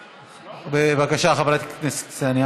בבקשה, חברת הכנסת קסניה